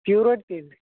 pure white తియ్యండి